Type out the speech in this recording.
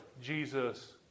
Jesus